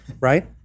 right